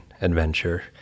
adventure